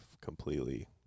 completely